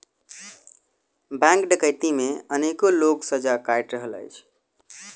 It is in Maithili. बैंक डकैती मे अनेको लोक सजा काटि रहल अछि